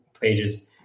pages